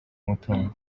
umutungo